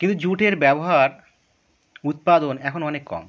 কিন্তু জুটের ব্যবহার উৎপাদন এখন অনেক কম